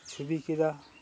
ᱪᱷᱚᱵᱤ ᱠᱮᱫᱟ